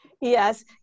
Yes